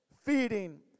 Feeding